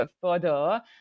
further